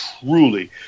truly